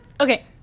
okay